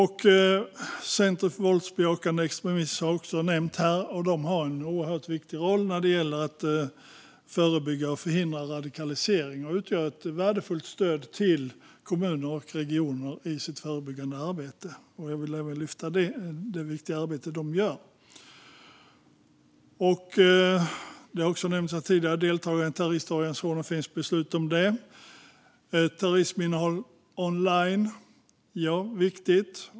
Center mot våldsbejakande extremism, som också har nämnts här, har en oerhört viktig roll när det gäller att förebygga och förhindra radikalisering och utgör ett värdefullt stöd till kommuner och regioner genom sitt förebyggande arbete. Jag vill lyfta fram det viktiga arbete som de gör. Det har också nämnts här tidigare att det finns beslut om kriminalisering av deltagande i terroristorganisationer. Att motarbeta terrorisminnehåll online är viktigt.